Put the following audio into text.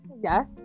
Yes